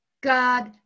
God